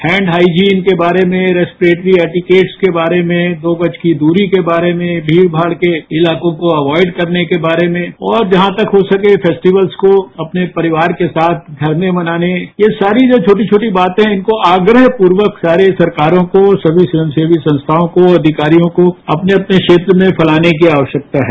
hand hygiene के बारे में रेस्ट्रोट्री एडिकेट्स के बारे में दो गज की दूरी के बारे में गीड़ गाड़ के इताकों को अवाइड करने के बारे में और जहां तक हो सकें फेस्टिवल्स को अपने परिवार के साथ घर में मनाने ये सारी जो छोटी छोटी बातें हैं उनको आग्रह पूर्वक सारे सरकारों को सभी स्वयंसेवी सत्यावों को अधिकारियों को अपने अपने क्षेत्र में फैलाने की आवश्यकता है